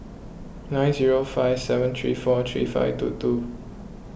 nine zero five seven three four three five two two